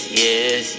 yes